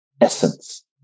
essence